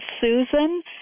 Susan